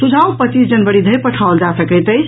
सुझाव पच्चीस जनवरी धरि पठाओल जा सकैत अछि